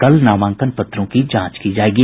कल नामांकन पत्रों की जांच की जाएगी